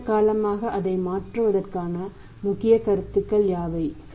நீண்ட காலமாக அதை மாற்றுவதற்கான முக்கிய கருத்துக்கள் யாவை